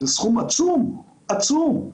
סכום עצום, עצום.